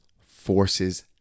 forces